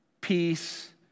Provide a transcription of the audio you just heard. peace